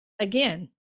Again